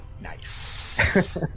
Nice